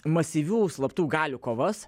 masyvių slaptų galių kovas